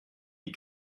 die